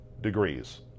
degrees